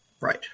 Right